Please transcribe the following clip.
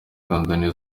tanzania